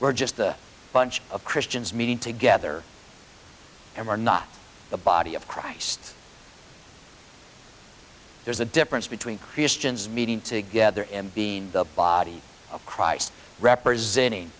we're just a bunch of christians meeting together and we're not the body of christ there's a difference between christians meeting together in the body of christ representing